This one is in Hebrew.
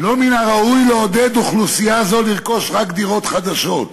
"לא מן הראוי לעודד אוכלוסייה זו לרכוש רק דירות חדשות".